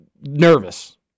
nervous